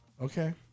Okay